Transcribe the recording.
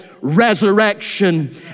resurrection